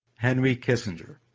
henry kissinger.